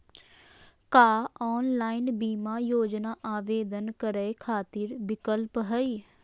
का ऑनलाइन बीमा योजना आवेदन करै खातिर विक्लप हई?